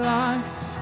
life